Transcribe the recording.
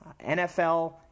nfl